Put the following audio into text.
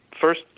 first